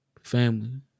family